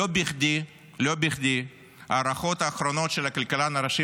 לא בכדי ההערכות האחרונות של הכלכלן הראשי